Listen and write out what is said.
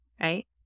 right